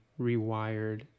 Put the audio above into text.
rewired